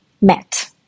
met